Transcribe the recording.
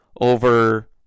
over